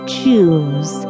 choose